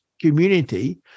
community